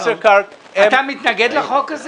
"ישראכרט" הם -- אתה מתנגד לחוק הזה?